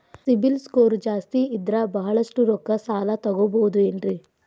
CIBIL score ಜಾಸ್ತಿ ಇದ್ರ ಬಹಳಷ್ಟು ರೊಕ್ಕ ಸಾಲ ತಗೋಬಹುದು ಏನ್ರಿ?